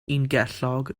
ungellog